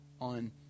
on